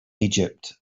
egypt